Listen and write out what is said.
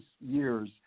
years